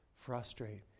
frustrate